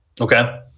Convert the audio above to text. okay